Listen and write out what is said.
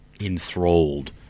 enthralled